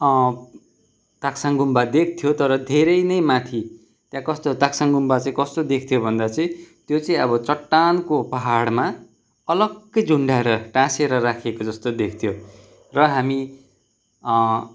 ताक्साङ गुम्बा देख्थ्यो तर धेरै नै माथि त्यहाँ कस्तो ताक्साङ गुम्बा चाहिँ कस्तो देख्थ्यो भन्दा चाहिँ त्यो चाहिँ अब चट्टानको पाहाडमा अलग्गै झुन्डाएर टाँसेर राखेको जस्तो देख्थ्यो र हामी